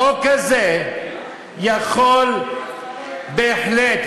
החוק הזה יכול בהחלט,